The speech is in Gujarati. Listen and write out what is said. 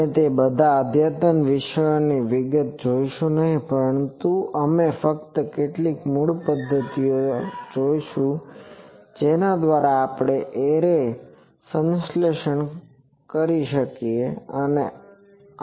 આપણે તે બધા અદ્યતન વિષયોની વિગતમાં જઈશું નહીં પરંતુ અમે ફક્ત કેટલીક મૂળ પદ્ધતિઓ જોશું કે જેના દ્વારા આ એરે સંશ્લેષણ કરી શકાય છે